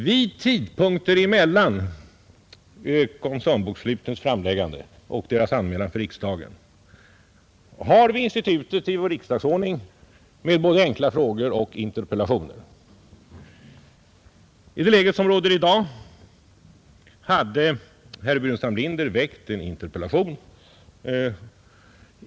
Vid tidpunkter emellan koncernsbokslutens framläggande och deras anmälan för riksdagen har vi till vårt förfogande i riksdagsordningen institutet med både enkla frågor och interpellationer. I det läge som råder hade herr Burenstam Linder väckt en interpellation.